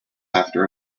after